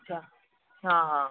अच्छा हा हा